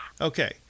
Okay